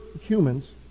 humans